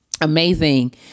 amazing